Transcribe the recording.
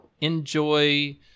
enjoy